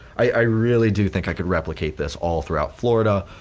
i really do think i could replicate this all throughout florida,